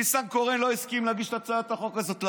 ניסנקורן לא הסכים להגיש את הצעת החוק הזאת,